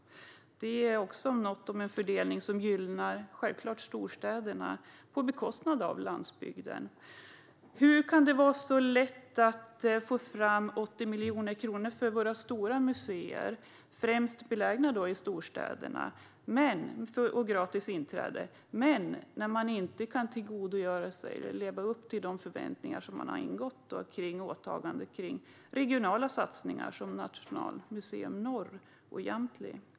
Det är också en fördelning som gynnar storstäderna på bekostnad av landsbygden. Hur kan det vara så lätt att få fram 80 miljoner kronor till våra stora museer, främst belägna i storstäderna, och till fri entré men så svårt att leva upp till de åtaganden man har vad gäller regionala satsningar som Nationalmuseum Norr och Jamtli?